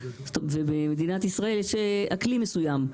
ובמדינת ישראל יש אקלים מסוים.